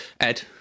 Ed